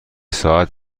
ساعت